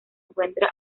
encuentra